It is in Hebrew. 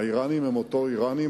האירנים הם אותם אירנים,